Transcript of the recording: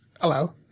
Hello